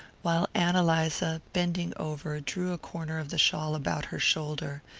while ann eliza, bending over, drew a corner of the shawl about her shoulder.